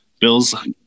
Bills